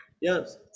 yes